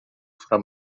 fra